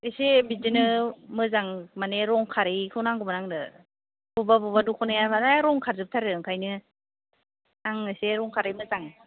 इसे बिदिनो मोजां मानि रं खारैखौ नांगौमोन आंनो बबेबा बबेबा दख'नाया रं खारजोबथारो ओंखायनो आं एसे रं खारै मोजां